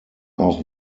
auch